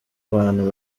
abantu